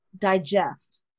digest